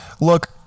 look